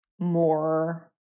more